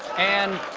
and